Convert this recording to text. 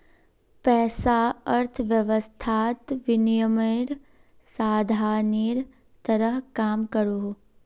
पैसा अर्थवैवस्थात विनिमयेर साधानेर तरह काम करोहो